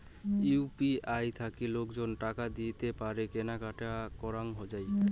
UPI থাকি লোকজনে টাকা দিয়ে পারে কেনা কাটি করাঙ যাই